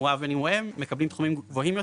מקבלים סכומים גבוהים יותר,